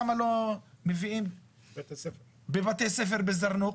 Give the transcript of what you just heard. למה לא מביאים לבתי ספר בזרנוק?